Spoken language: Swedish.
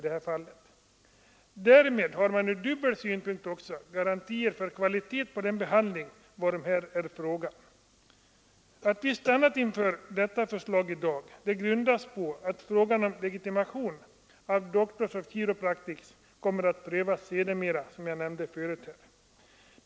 Då får man också en dubbel garanti för kvalitet på den behandling varom det här är fråga. Att vi stannat inför detta förslag i dag beror på att frågan om legitimation av Doctors of Chiropractic som jag tidigare nämnde kommer att prövas sedermera.